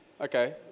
Okay